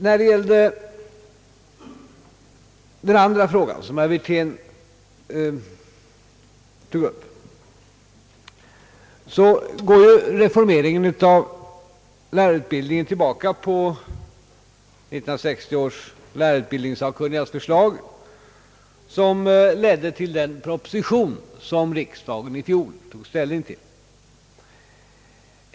När det gäller den andra frågan, som herr Wirtén tog upp, går reformeringen av lärarutbildningen tillbaka till 1960 års lärarutbildningssakkunnigas förslag, som ledde till den proposition som riksdagen i fjol tog ställning till.